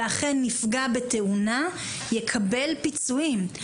ואכן נפגע בתאונה, יקבל פיצויים.